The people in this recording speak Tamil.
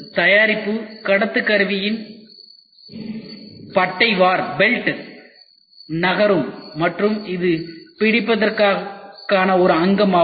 தயாரிப்பு கடத்து கருவியின் பட்டைவார் நகரும் மற்றும் இது பிடிப்பதற்கான ஒரு அங்கமாகும்